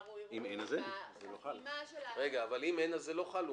ערר או ערעור --- אבל אם אין אז זה לא חל ,